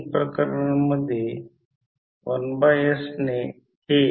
564 weber पर metre square आहे